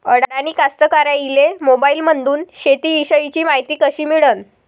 अडानी कास्तकाराइले मोबाईलमंदून शेती इषयीची मायती कशी मिळन?